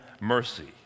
mercy